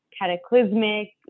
cataclysmic